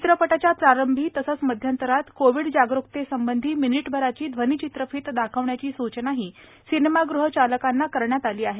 चित्रपटाच्या प्रारंभी तसंच मध्यंतरात कोविड जागरुकतेसंबंधी मिनिटभराची ध्वनिचित्रफीत दाखवण्याची सूचनाही सिनेमागृहचालकांना करण्यात आली आहे